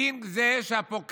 מדין זה שהפוקד